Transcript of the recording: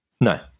No